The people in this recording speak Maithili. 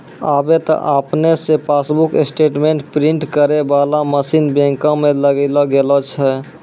आबे त आपने से पासबुक स्टेटमेंट प्रिंटिंग करै बाला मशीन बैंको मे लगैलो गेलो छै